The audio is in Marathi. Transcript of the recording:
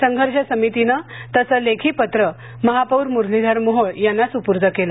संघर्ष समितीने तसं लेखी पत्र महापौर मुरलीधर मोहोळ यांना सुपूर्त केलं